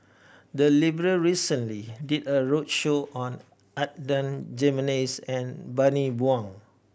the library recently did a roadshow on Adan Jimenez and Bani Buang